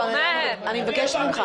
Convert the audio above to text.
אני מבקשת ממך.